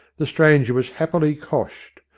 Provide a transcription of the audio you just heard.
the stranger was happily coshed,